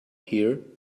here